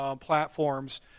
platforms